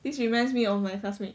this reminds me of my classmate